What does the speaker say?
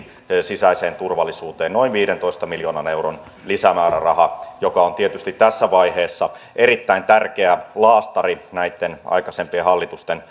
sisäiseen turvallisuuteen noin viidentoista miljoonan euron lisämääräraha joka on tietysti tässä vaiheessa erittäin tärkeä laastari näitten aikaisempien hallitusten